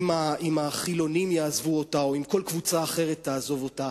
אם החילונים יעזבו אותה או אם כל קבוצה אחרת תעזוב אותה,